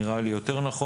כך נראה לי יותר נכון.